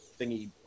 thingy